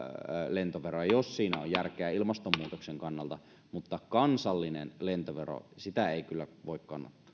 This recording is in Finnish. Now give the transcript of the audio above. lentoveroja jos siinä on järkeä ilmastonmuutoksen kannalta mutta kansallinen lentovero sitä ei kyllä voi